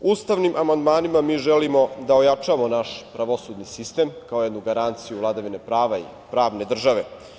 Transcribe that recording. Ustavnim amandmanima mi želimo da ojačamo naš pravosudni sistem kao jednu garanciju vladavine prava i pravne države.